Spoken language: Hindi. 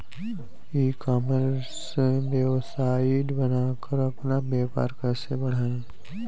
ई कॉमर्स वेबसाइट बनाकर अपना व्यापार कैसे बढ़ाएँ?